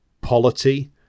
Polity